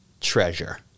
treasure